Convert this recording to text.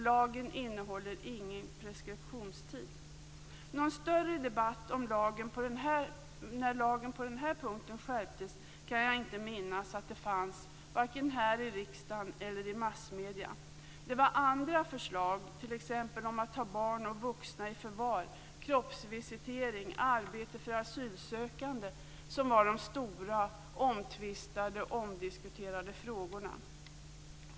Lagen innehåller ingen preskriptionstid. Någon större debatt när lagen skärptes på den här punkten kan jag inte minnas att det blev, varken här i riksdagen eller i massmedierna. Det var andra förslag, t.ex. att ta barn och vuxna i förvar, kroppsvisitering och arbete för asylsökande, som var de stora omtvistade och omdiskuterade frågorna.